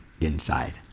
inside